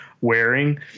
wearing